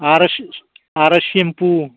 आरो सि आरो सिम्फु